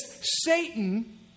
Satan